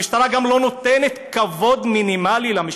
המשטרה גם לא נותנת כבוד מינימלי למשפחות.